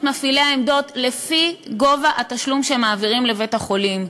מפעילי העמדות לפי גובה התשלום שהם מעבירים לבית-החולים.